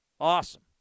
Awesome